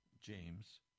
James